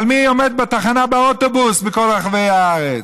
אבל מי עומד בתחנות האוטובוס בכל רחבי הארץ?